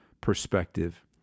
perspective